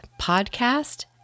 podcast